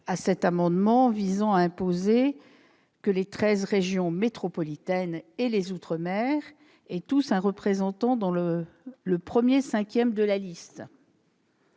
n° 19 rectifié, d'imposer que les treize régions métropolitaines et les outre-mer aient tous un représentant dans le premier cinquième de la liste,